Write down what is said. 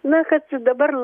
na kad dabar